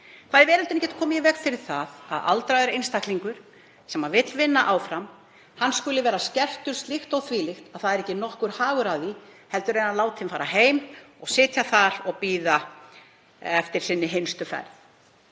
Hvað í veröldinni getur komið í veg fyrir að aldraður einstaklingur sem vill vinna áfram skuli vera skertur slíkt og þvílíkt að ekki er nokkur hagur af því heldur er hann látinn fara heim og sitja þar og bíða eftir sinni hinstu ferð.